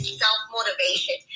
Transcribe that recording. self-motivation